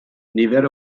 nifer